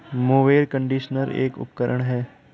mower conditioner एक उपकरण है